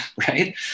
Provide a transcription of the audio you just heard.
right